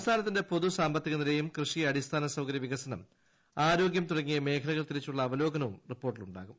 സംസ്ഥാനത്തിന്റെ പൊതു സാമ്പത്തികനിലയും കൃഷി അടിസ്ഥാന സൌകര്യവികസനം ആരോഗൃം തുടങ്ങിയ മേഖലകൾ തിരിച്ചുളള അവലോകനവും റിപ്പോർട്ടിലുണ്ടാകും